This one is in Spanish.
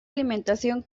alimentación